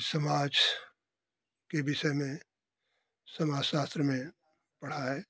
समाज के विषय में समाजशास्त्र में पढ़ा है